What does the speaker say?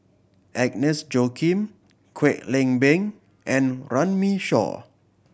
Agnes Joaquim Kwek Leng Beng and Runme Shaw